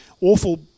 awful